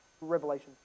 Revelation